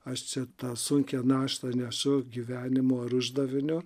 aš čia tą sunkią naštą nesu gyvenimo ar uždavinio